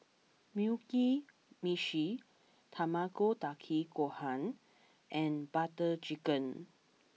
Mugi Meshi Tamago Kake Gohan and Butter Chicken